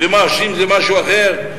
ומה שעושים זה משהו אחר.